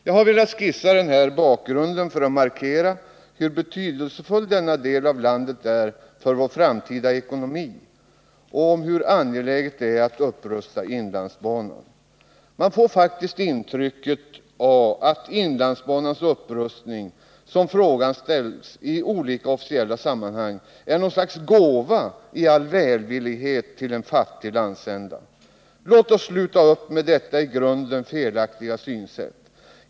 Jag har velat skissera denna bakgrund för att markera hur betydelsefull denna del av landet är för vår framtida ekonomi och hur angelägen upprustningen av inlandsbanan verkligen är. Man får faktiskt intrycket att inlandsbanans upprustning, som frågan framställs i olika officiella sammanhang, i all välvillighet är något slags gåva till en fattig landsända. Låt oss få bort detta i grunden felaktiga synsätt.